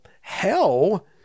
hell